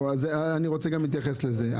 אני רוצה גם להתייחס לזה.